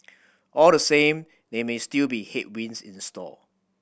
all the same name may still be headwinds in the store